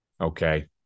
okay